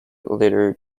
leader